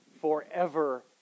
forever